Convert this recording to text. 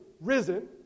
risen